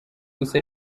gusa